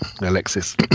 Alexis